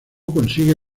consigue